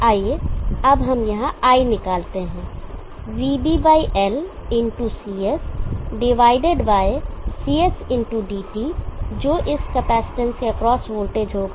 अब आइए हम यहां I निकालते हैं vBL into CS vBL into CS divided by CS into dt जो इस कैपेसिटेंस के एक्रॉस वोल्टेज होगा